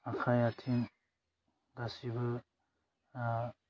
आखाइ आथिं गासिबो आह